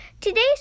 Today's